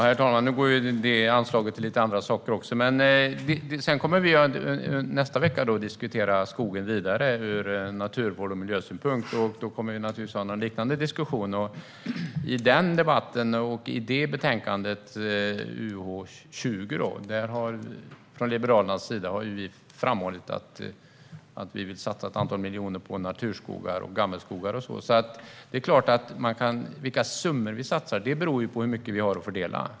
Herr talman! Anslaget går till lite andra saker också. Nästa vecka kommer vi att diskutera skogen vidare och även naturvård ur miljösynpunkt. Då kommer vi att ha en liknande diskussion. I debatten och i betänkandet om utgiftsområde 20 har Liberalerna framhållit att vi vill satsa ett antal miljoner på natur och gammelskog. Vilka summor vi satsar beror på hur mycket vi har att fördela.